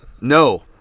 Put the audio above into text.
No